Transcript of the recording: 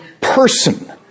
person